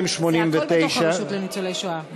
289. הכול בתוך הרשות לניצולי שואה.